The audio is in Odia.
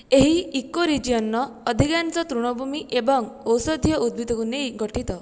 ଏହି ଇକୋ ରିଜନ୍ର ଅଧିକାଂଶ ତୃଣଭୂମି ଏବଂ ଔଷଧୀୟ ଉଦ୍ଭିଦକୁ ନେଇ ଗଠିତ